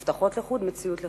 הבטחות לחוד, מציאות לחוד.